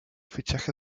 fichaje